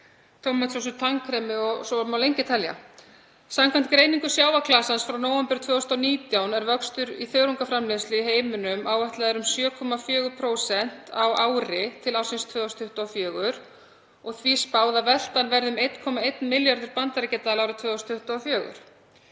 tómatsósu, tannkremi og svo má lengi telja. Samkvæmt greiningu Sjávarklasans frá nóvember 2019 er vöxtur í þörungaframleiðslu í heiminum áætlaður um 7,4% á ári til ársins 2024 og því spáð að veltan verði um 1,1 milljarður bandaríkjadala árið 2024.